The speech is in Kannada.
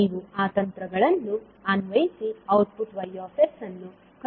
ನೀವು ಆ ತಂತ್ರಗಳನ್ನು ಅನ್ವಯಿಸಿ ಔಟ್ಪುಟ್ Y ಅನ್ನು ಕಂಡುಹಿಡಿಯಬಹುದು